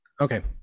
okay